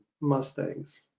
mustangs